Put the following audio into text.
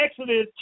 Exodus